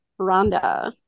Rhonda